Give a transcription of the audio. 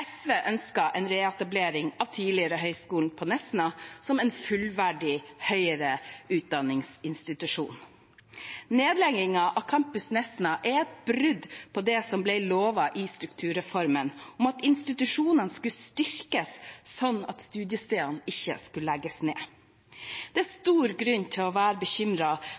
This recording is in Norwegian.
SV ønsker en reetablering av tidligere Høgskolen i Nesna som en fullverdig høyere utdanningsinstitusjon. Nedleggingen av Campus Nesna er et brudd med det som ble lovet ved strukturreformen, at institusjonene skulle styrkes, slik at studiestedene ikke skulle legges ned. Det er god grunn til å være